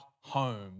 home